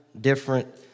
different